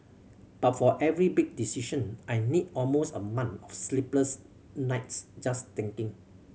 but for every big decision I need almost a month of sleepless nights just thinking